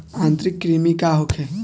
आंतरिक कृमि का होखे?